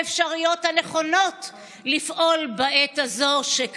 האוכלוסייה